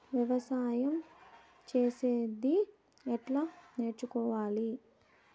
వ్యవసాయం చేసేది ఎట్లా నేర్చుకోవాలి?